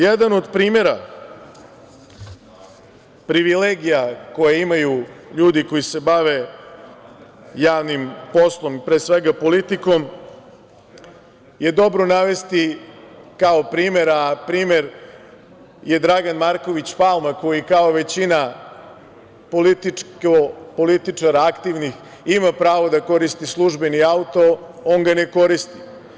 Jedan od primera privilegija koje imaju ljudi koji se bave javnim poslom, pre svega politikom, je dobro navesti kao primer, a primer je Dragan Marković Palma koji kao većina političara aktivnih ima pravo da koristi službeni auto, on ga ne koristi.